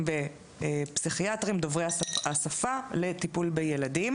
ופסיכיאטרים דוברי השפה לטיפול בילדים,